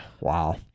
Wow